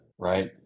Right